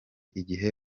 igihe